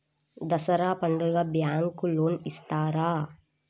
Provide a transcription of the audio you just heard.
దసరా పండుగ bank loan ఇస్తారా?